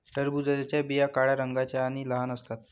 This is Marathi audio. टरबूजाच्या बिया काळ्या रंगाच्या आणि लहान असतात